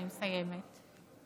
אני מסיימת.